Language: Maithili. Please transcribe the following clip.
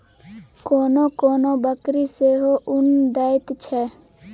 कोनो कोनो बकरी सेहो उन दैत छै